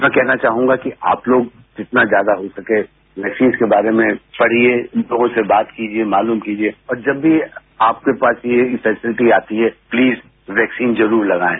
मैं कहना चाहूंगा कि आप लोग जितना ज्यादा हो सके डिजिज के बारे में पढिये लोगों से बात कीजिए मालूम कीजिए और जब भी आपके पास ये फैसीलिटी आती है प्लीज वैक्सीन जरूर लगाएं